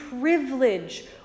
privilege